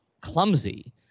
clumsy